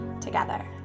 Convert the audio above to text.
together